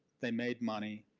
they made money.